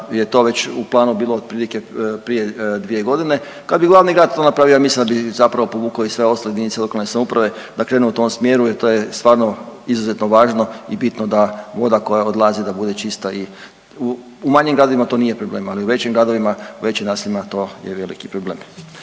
je to već u planu bilo otprilike prije 2 godine. Kad bi glavni grad to napravio, ja mislim da bi zapravo povukao i sve ostale jedinice lokalne samouprave da krenu u tom smjeru jer to je stvarno izuzetno važno i bitno da voda koja odlazi, da bude čista i u manjim gradovima to nije problem, ali u većim gradovima, u većim naseljima, to je veliki problem.